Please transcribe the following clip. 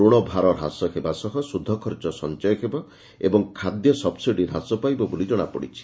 ଋଣଭାର ହ୍ରାସ ହେବା ସହ ସୁଧଖର୍ଚ ସଞ୍ଚୟ ହେବ ଏବଂ ଖାଦ୍ୟ ସବ୍ସିଡି ହ୍ରାସ ପାଇବ ବୋଲି ଜଶାପଡ଼ିଛି